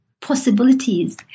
possibilities